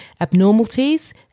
abnormalities